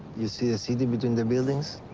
you see a city between the buildings.